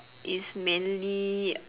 is mainly